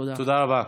תודה רבה.